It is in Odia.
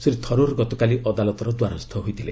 ଶ୍ରୀ ଥରୁର୍ ଗତକାଲି ଅଦାଲତର ଦ୍ୱାରସ୍ଥ ହୋଇଥିଲେ